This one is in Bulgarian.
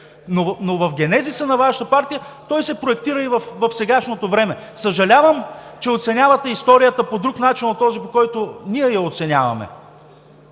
но в генезиса на Вашата партия се проектира в сегашното време. Съжалявам, че оценявате историята по друг начин от този, по който ние я оценяваме,